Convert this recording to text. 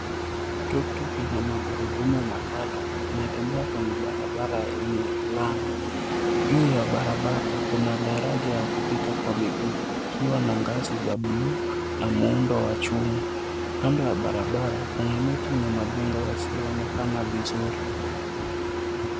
Tuktuk yanye magurudumu matatu inatembea kwenye barabara yenye lami. Juu ya barabara kuna daraja ya kupita kwa miguu ikiwa na ngazi za bluu na muundo wa chuma. Kando ya barabara kuna miti na majengo yasiyoonekana vizuri.